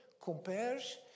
compares